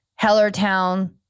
Hellertown